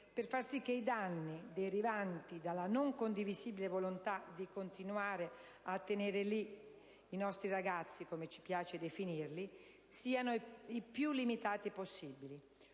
per far sì che i danni derivanti dalla non condivisibile volontà di continuare a tenere lì i «nostri ragazzi», come ci piace definirli, siano i più limitati possibili.